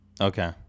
Okay